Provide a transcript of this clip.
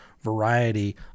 variety